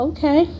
Okay